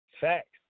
Facts